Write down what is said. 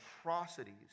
atrocities